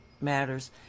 Matters